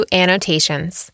annotations